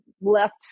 left